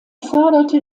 förderte